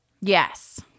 Yes